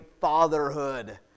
fatherhood